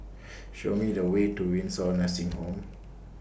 Show Me The Way to Windsor Nursing Home